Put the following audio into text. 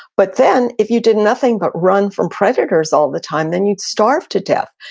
but then, if you did nothing but run from predators all the time, then you'd starve to death.